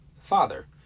father